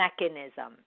mechanism